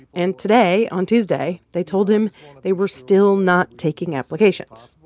and today, on tuesday, they told him they were still not taking applications.